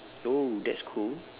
oh that's cool